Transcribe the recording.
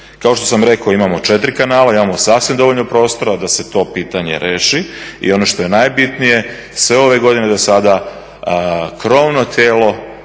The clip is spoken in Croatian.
Kao što sam rekao imamo 4 kanala, imamo sasvim dovoljno prostora da se to pitanje riješi i ono što je najbitnije sve ove godine do sada krovno tijelo